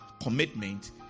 commitment